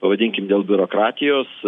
pavadinkim dėl biurokratijos